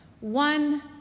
One